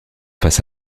face